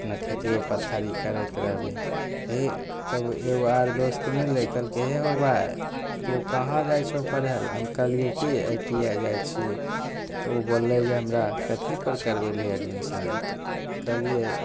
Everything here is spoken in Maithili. अपना खेतियो पथारी करैत रहबिहि तब एगो आर दोस्त मिललै कहलकै हे हो भाइ तु कहाँ जाइ छहु पढ़य लए हम कहलियै की आइ टी आइ जाइ छियै तऽ उ बोललय जे हमरा कथीपर करबेलही एडमिशन तऽ कहलियै